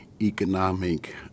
economic